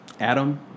Adam